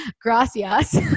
Gracias